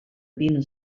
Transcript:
bin